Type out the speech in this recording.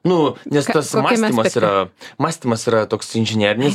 nu nes tas mąstymas yra mąstymas yra toks inžinerinis